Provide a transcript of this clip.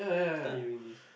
first time hearing this